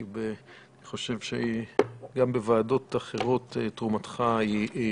כי אני חושב שגם בוועדות אחרות תרומתך היא חשובה.